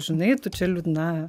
žinai tu čia liūdna